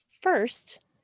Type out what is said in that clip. first